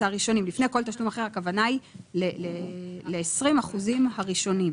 לפני כל תשלום אחר הכוונה היא ל-20% הראשונים.